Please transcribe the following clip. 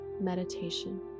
meditation